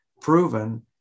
proven